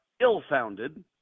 ill-founded